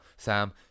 Sam